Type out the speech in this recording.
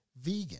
vegan